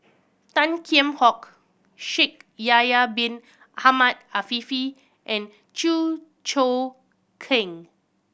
Tan Kheam Hock Shaikh Yahya Bin Ahmed Afifi and Chew Choo Keng